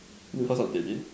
because of the